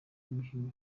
umukinnyi